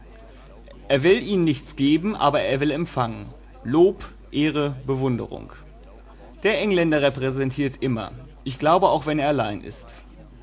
er will ihnen nichts geben aber er will empfangen lob ehre bewunderung der engländer repräsentiert immer ich glaube auch wenn er allein ist